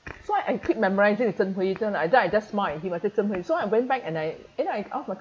so I keep memorising zheng hui yu ah and then I just smile at him and say zheng hui yu so I went back and I you know I ask my